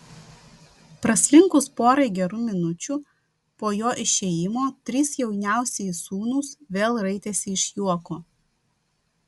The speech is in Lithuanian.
praslinkus porai gerų minučių po jo išėjimo trys jauniausieji sūnūs vėl raitėsi iš juoko